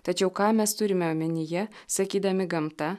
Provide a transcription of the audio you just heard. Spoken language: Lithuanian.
tačiau ką mes turime omenyje sakydami gamta